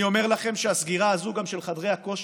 אני אומר לכם שהסגירה הזאת גם של חדרי הכושר,